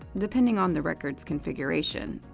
depending on the record's configuration,